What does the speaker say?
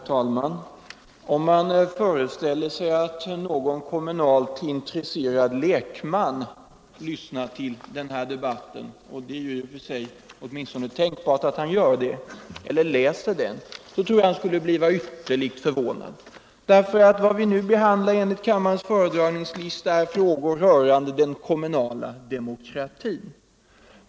Den kommunala Herr talman! Om man föreställer sig att någon kommunalt intresserad demokratin m.m. person lyssnar till den här debatten — och det är i och för sig åtminstone tänkbart — eller läser den, så tror jag att han skulle bli förvånad. Vad vi nu behandlar enligt kammarens föredragningslista är nämligen frågor rörande den kommunala demokratin.